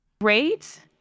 Great